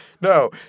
no